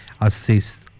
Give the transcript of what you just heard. assist